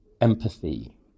empathy